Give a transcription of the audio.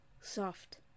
soft